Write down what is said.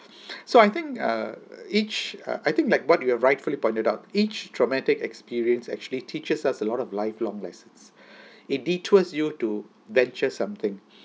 so I think err each uh I think like what you have rightfully pointed out each traumatic experience actually teaches us a lot of lifelong lesson it detours you to venture something